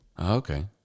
okay